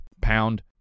pound